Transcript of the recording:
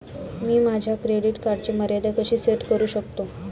मी माझ्या क्रेडिट कार्डची मर्यादा कशी सेट करू शकतो?